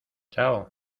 chao